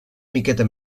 miqueta